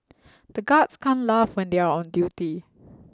the guards can't laugh when they are on duty